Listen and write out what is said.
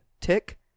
tick